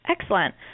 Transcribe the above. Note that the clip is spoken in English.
Excellent